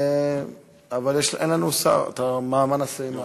אבל אין לנו שר, מה נעשה.